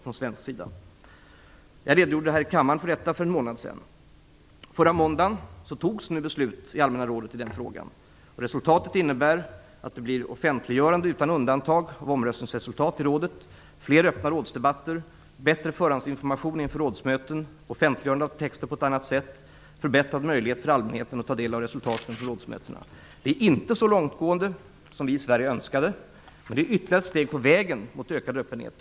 Jag redogjorde för detta här i kammaren för en månad sedan. Förra måndagen togs beslut i frågan i allmänna rådet. Resultatet innebär att det blir ett offentliggörande utan undantag av omröstningsresultat i rådet, fler öppna rådsdebatter, bättre förhandsinformation inför rådsmöten, offentliggörande av texter på ett annat sätt än tidigare, förbättrade möjligheter för allmänheten att ta del av resultaten av rådsmötena. Förändringen är inte så långtgående som vi i Sverige önskade, men det är ett steg på vägen mot ökad öppenhet.